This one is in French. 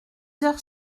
heures